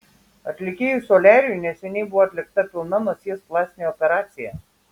atlikėjui soliariui neseniai buvo atlikta pilna nosies plastinė operacija